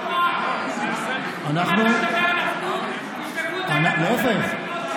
תשלחו את הילדים שלכם ללמוד תורה.